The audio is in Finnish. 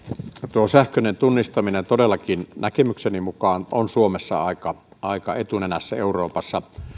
tuo sähköinen tunnistaminen todellakin näkemykseni mukaan on suomessa aika aika etunenässä euroopassa